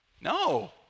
No